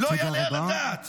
לא יעלה על הדעת.